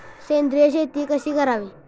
सेंद्रिय शेती कशी करावी?